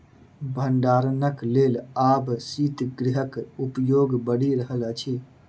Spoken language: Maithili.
भंडारणक लेल आब शीतगृहक उपयोग बढ़ि रहल अछि